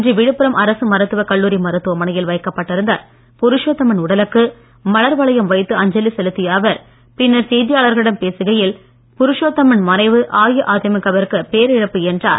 இன்று விழுப்புரம் அரசு மருத்துவ கல்லூரி மருத்துவமனையில் வைக்கப்பட்டிருந்த புருஷோத்தமன் உடலுக்கு மலர் வளையம் வைத்து அஞ்சலி செலுத்திய அவர் பின்னர் செய்தியாளர்களிடம் பேசுகையில் புருஷோத்தமன் மறைவு அஇஅதிமுகவிற்கு பேரிழப்பு என்றார்